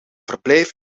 verblijf